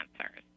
cancers